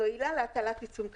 זו עילה להטלת עיצום כספי.